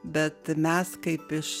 bet mes kaip iš